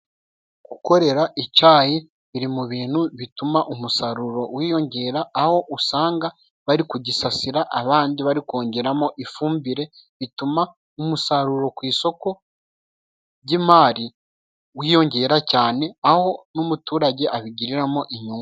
Gukorera icyayi biri mu bintu bituma umusaruro wiyongera aho usanga bari kugisasira abandi bari kongeramo ifumbire, bituma umusaruro ku isoko ry'imari wiyongera cyane aho n'umuturage abigiriramo inyungu.